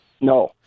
No